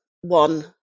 one